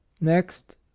next